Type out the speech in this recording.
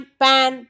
pan